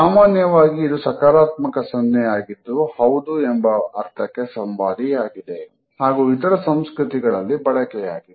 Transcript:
ಸಾಮಾನ್ಯವಾಗಿ ಇದು ಸಕಾರಾತ್ಮಕ ಸನ್ನೆಯಾಗಿದ್ದು ಹೌದು ಎಂಬ ಅರ್ಥಕ್ಕೆ ಸಂವಾದಿಯಾಗಿದೆ ಹಾಗೂ ಇತರ ಸಂಸ್ಕೃತಿಗಳಲ್ಲಿ ಬಳಕೆಯಾಗಿದೆ